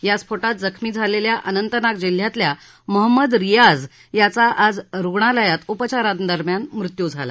या स्फोटात जखमी झालेल्या अनंतनाग जिल्ह्यातल्या मोहम्मद रियाझ याचा आज रुग्णालयात उपचारादरम्यान मृत्यू झाला